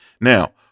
Now